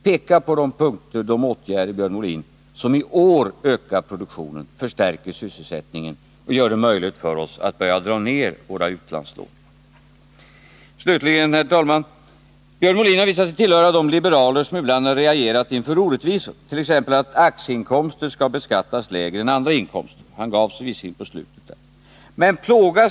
Peka på de punkter och de åtgärder, Björn Molin, som i år ökar produktionen, förstärker sysselsättningen och gör det möjligt för oss att börja dra ner våra utlandslån! Till sist, herr talman: Björn Molin har visat sig tillhöra de liberaler som ibland har reagerat inför orättvisor, t.ex. att aktieinkomster skall beskattas lägre än andra inkomster — han gav sig visserligen på slutet i den frågan.